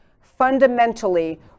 fundamentally